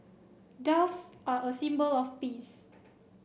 doves are a symbol of peace